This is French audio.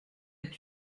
est